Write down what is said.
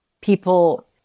people